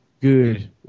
Good